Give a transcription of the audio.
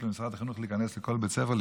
ולמשרד החינוך להיכנס לכל בית ספר,